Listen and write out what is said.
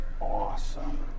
awesome